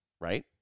right